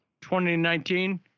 2019